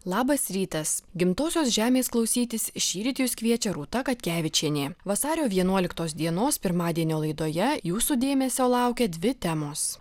labas rytas gimtosios žemės klausytis šįryt jus kviečia rūta katkevičienė vasario vienuoliktos dienos pirmadienio laidoje jūsų dėmesio laukia dvi temos